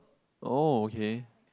oh okay